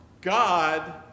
God